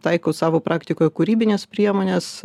taiko savo praktikoje kūrybines priemones